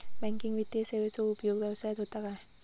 Banking वित्तीय सेवाचो उपयोग व्यवसायात होता काय?